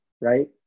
right